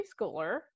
preschooler